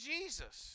Jesus